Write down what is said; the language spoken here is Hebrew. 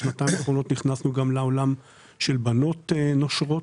בשנתיים האחרונות נכנסנו גם לעולם של בנות נושרות.